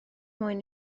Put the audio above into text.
mwyn